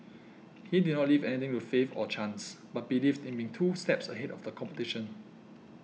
he did not leave anything to faith or chance but believed in being two steps ahead of the competition